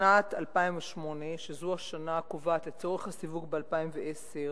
בשנת 2008, שזו השנה הקובעת לצורך הסיווג ב-2010,